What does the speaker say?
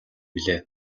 билээ